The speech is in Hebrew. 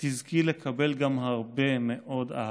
תזכי לקבל גם הרבה מאוד אהבה.